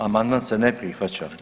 Amandman se ne prihvaća.